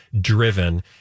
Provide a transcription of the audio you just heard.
driven